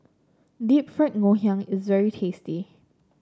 Deep Fried Ngoh Hiang is very tasty